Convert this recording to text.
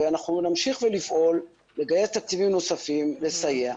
ואנחנו נמשיך לפעול לגייס תקציבים נוספים לסייע.